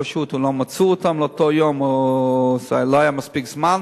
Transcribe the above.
פשוט לא מצאו אותם באותו יום או שלא היה מספיק זמן.